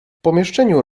pomieszczeniu